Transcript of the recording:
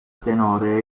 tenore